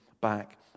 back